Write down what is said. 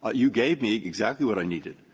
ah you gave me exactly what i needed.